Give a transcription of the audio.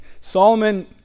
Solomon